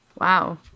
Wow